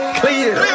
clear